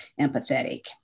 empathetic